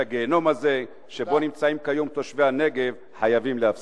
את הגיהינום הזה שבו נמצאים כיום תושבי הנגב חייבים להפסיק.